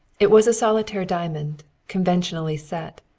it was a solitaire diamond, conventionally set,